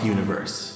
Universe